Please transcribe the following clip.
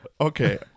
Okay